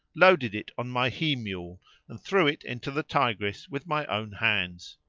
loaded it on my he-mule and threw it into the tigris with my own hands.